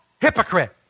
hypocrite